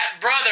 brother